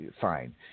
fine